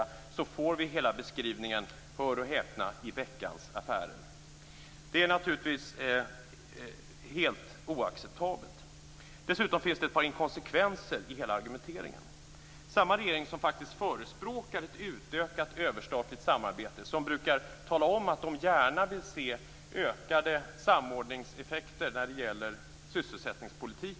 I den frågan får vi alltså hela beskrivningen - hör och häpna - i Veckans Affärer! Det är naturligtvis helt oacceptabelt. Dessutom finns det ett par inkonsekvenser i hela argumenteringen. Regeringen förespråkar ett utökat överstatligt samarbete och brukar tala om att den gärna vill se ökade samordningseffekter när det gäller sysselsättningspolitiken.